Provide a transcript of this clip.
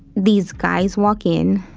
these guys walk in.